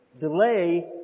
delay